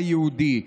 ליהודי.